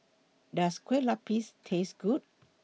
Does Kueh Lapis Taste Good